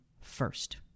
first